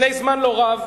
"לפני זמן לא רב,